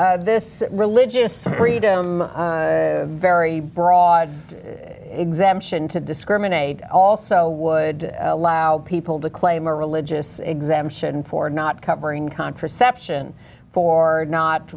this religious freedom very broad exemption to discriminate also would allow people to claim a religious exemption for not covering contraception for not